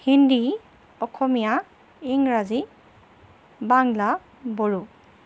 হিন্দী অসমীয়া ইংৰাজী বাংলা বড়ো